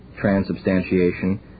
transubstantiation